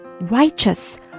righteous